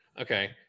Okay